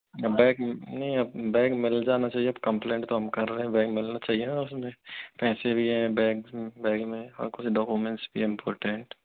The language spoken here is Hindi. क्या बेग नहीं बेग मिल जाना चाहिए अब कंप्लेड तो हम कर रहे हैं बेग मिलना चाहिए न उसमे पैसे भी हैं बैग्स बेग में और कुछ डाकोमेंट्स भी हैं इम्पोर्टेंट